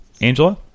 Angela